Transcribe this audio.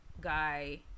guy